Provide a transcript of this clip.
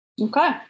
Okay